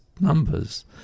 numbers